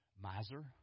miser